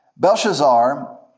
Belshazzar